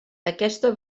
aquesta